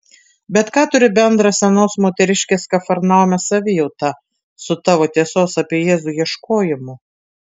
bet ką turi bendra senos moteriškės kafarnaume savijauta su tavo tiesos apie jėzų ieškojimu